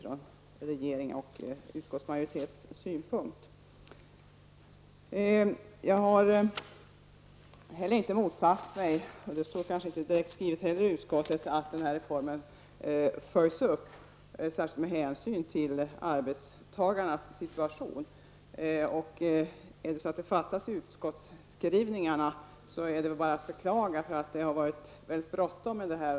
Jag vill inte heller motsätta mig -- det kanske inte står direkt skrivet i utskottsbetänkandet -- att reformen följs upp, särskilt med hänsyn till arbetstagarnas situation. Det är väl bara att beklaga om detta fattas i utskottskrivningarna. Det har varit bråttom med denna fråga.